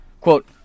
Quote